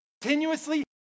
continuously